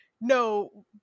no